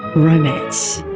romance.